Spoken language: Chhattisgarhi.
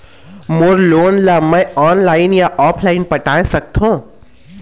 मोर लोन ला मैं ऑनलाइन या ऑफलाइन पटाए सकथों?